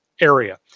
area